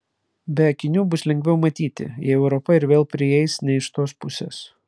be akinių bus lengviau matyti jei europa ir vėl prieis ne iš tos pusės